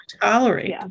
tolerate